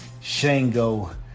Shango